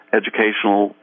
educational